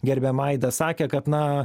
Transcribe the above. gerbiama aida sakė kad na